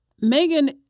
Megan